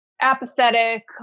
apathetic